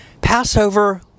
Passover